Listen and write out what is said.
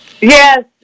Yes